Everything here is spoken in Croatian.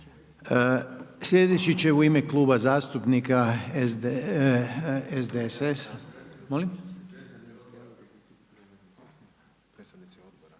Slijedeći će u ime Kluba zastupnika SDSS-a